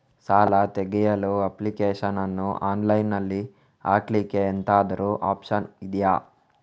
ಸಾಲ ತೆಗಿಯಲು ಅಪ್ಲಿಕೇಶನ್ ಅನ್ನು ಆನ್ಲೈನ್ ಅಲ್ಲಿ ಹಾಕ್ಲಿಕ್ಕೆ ಎಂತಾದ್ರೂ ಒಪ್ಶನ್ ಇದ್ಯಾ?